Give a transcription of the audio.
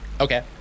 Okay